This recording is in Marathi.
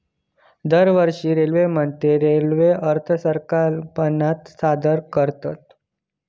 दरवर्षी रेल्वेमंत्री रेल्वे अर्थसंकल्प सादर करतत